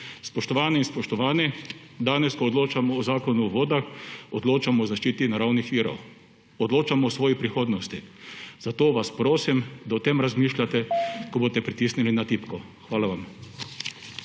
Spoštovane in spoštovane! Danes, ko odločamo o Zakonu o vodah, odločamo o zaščiti naravnih virov, odločamo o svoji prihodnosti. Zato vas prosim, da o tem razmišljate, ko boste pritisnili na tipko. Hvala vam.